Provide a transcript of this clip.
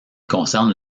concerne